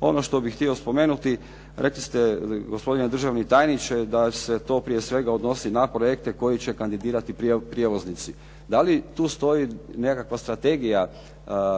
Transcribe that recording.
ono što bih htio spomenuti. Rekli ste gospodine državni tajniče da se to prije svega odnosi na projekte koji će kandidirati prijevoznici. Da li tu stoji nekakva strategija